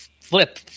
Flip